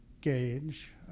gauge